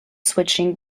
switching